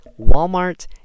walmart